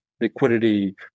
liquidity